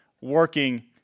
working